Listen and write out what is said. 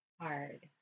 hard